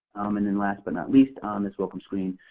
and then last but not least, um this welcome screen,